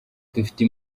dufite